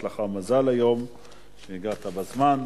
יש לך מזל היום שהגעת בזמן.